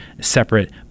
separate